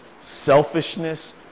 selfishness